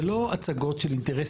זה לא הצגות של אינטרסים,